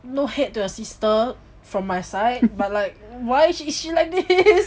no hate to your sister from my side but like why is she like this